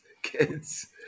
kids